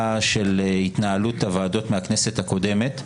של התנהלות הוועדות מהכנסת הקודמת,